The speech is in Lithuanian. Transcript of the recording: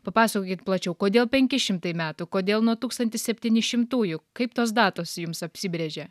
papasakokit plačiau kodėl penki šimtai metų kodėl nuo tūkstantis septyni šimtųjų kaip tos datos jums apsibrėžė